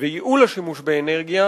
וייעול השימוש באנרגיה,